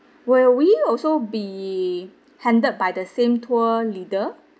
will we also be handled by the same tour leader